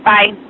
Bye